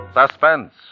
Suspense